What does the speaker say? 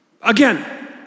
again